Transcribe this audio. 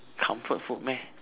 comfort food meh